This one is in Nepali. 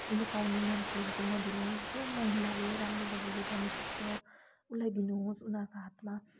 लुकाउने मान्छेलाई चाहिँ नदिनुहोस् हो महिलाले राम्रो गर्नेले गर्नुसक्छ उसलाई दिनुहोस् उनीहरूको हातमा